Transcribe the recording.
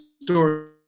story